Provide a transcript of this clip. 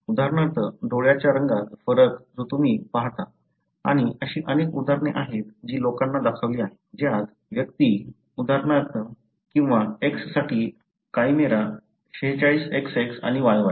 उदाहरणार्थ डोळ्याच्या रंगात फरक जो तुम्ही पाहता आणि अशी अनेक उदाहरणे आहेत जी लोकांनी दाखवली आहेत ज्यात व्यक्ती उदाहरणार्थ आहेत किंवा X साठी काइमेरा 46 XX आणि XY